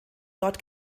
dort